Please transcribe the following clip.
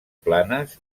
planes